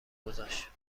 گذاشت